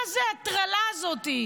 מה זו ההטרלה הזאת?